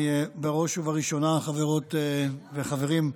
אני בראש ובראשונה, חברות וחברים,